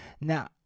Now